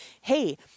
hey